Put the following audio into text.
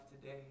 today